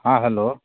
हाँ हेलो